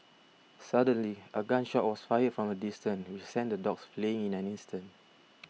suddenly a gun shot was fired from a distance which sent the dogs fleeing in an instant